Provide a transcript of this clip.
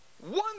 One